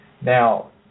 Now